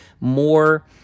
more